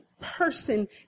person